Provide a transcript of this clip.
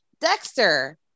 Dexter